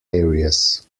areas